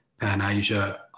Pan-Asia